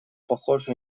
похоже